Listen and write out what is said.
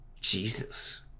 Jesus